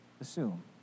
assume